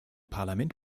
parlament